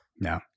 No